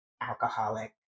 alcoholic